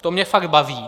To mě fakt baví!